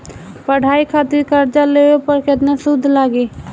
पढ़ाई खातिर कर्जा लेवे पर केतना सूद लागी?